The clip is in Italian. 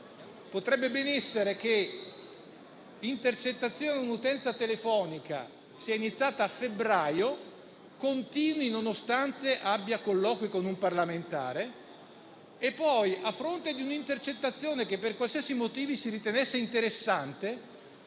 potrebbe benissimo essere che l'intercettazione di una utenza telefonica sia iniziata a febbraio, che continui nonostante si ascoltino colloqui con un parlamentare e che poi, a fronte di una intercettazione che, per qualsiasi motivo, si ritenga interessante,